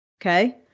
okay